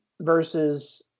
versus